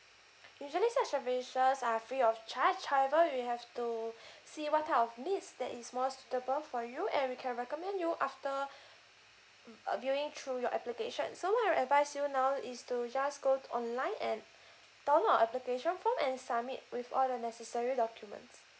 usually such services are free of charge however you would have to see what type of needs that is more suitable for you and we can recommend you after err viewing through your application so what I advise you now is to just go online and download the application form and submit with all the necessary documents